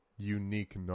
Unique